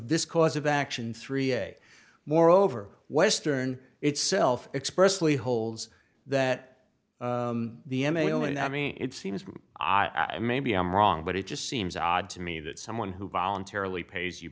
this cause of action three moreover western itself expressly holds that the mail and i mean it seems i've maybe i'm wrong but it just seems odd to me that someone who voluntarily pays you